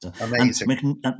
amazing